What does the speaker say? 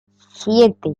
siete